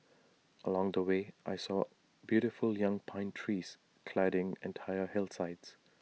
along the way I saw beautiful young pine trees cladding entire hillsides